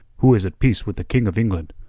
who is at peace with the king of england.